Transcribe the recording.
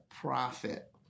profit